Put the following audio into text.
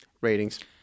Ratings